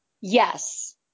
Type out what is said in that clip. yes